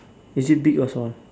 is it big or small